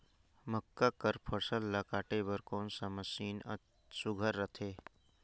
मक्का कर फसल ला काटे बर कोन मशीन ह सुघ्घर रथे?